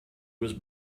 was